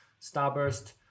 Starburst